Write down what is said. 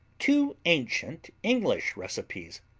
two ancient english recipes,